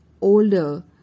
older